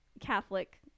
Catholic